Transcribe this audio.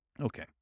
Okay